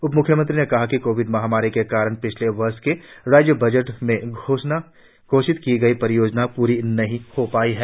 उप म्ख्यमंत्री ने कहा कि कोविड महामारी के कारण पिछले वर्ष के राज्य बजट में घोषित की गई परियोजनाएं पूरा नही हो पाई है